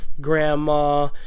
grandma